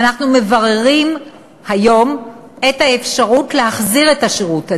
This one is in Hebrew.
ואנחנו מבררים היום את האפשרות להחזיר את השירות הזה.